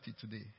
today